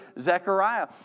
Zechariah